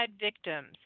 victims